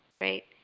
right